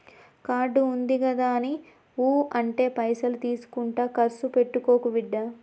card ఉందిగదాని ఊ అంటే పైసలు తీసుకుంట కర్సు పెట్టుకోకు బిడ్డా